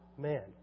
man